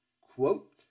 quote